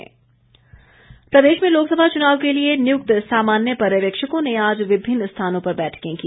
randomisation प्रदेश में लोकसभ चुनाव के लिए नियुक्त सामान्य पर्यवेक्षकों ने आज विभिन्न स्थानों पर बैठकें की